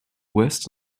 west